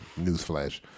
newsflash